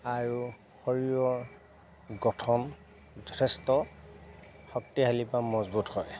আৰু শৰীৰৰ গঠন যথেষ্ট শক্তিশালী পৰা মজবুত হয়